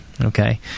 okay